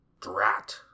Drat